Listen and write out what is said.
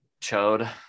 Chode